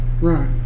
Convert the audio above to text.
Right